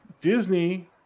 Disney